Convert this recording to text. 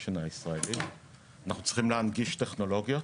ניישן הישראלי ואנחנו צריכים להנגיש טכנולוגיות.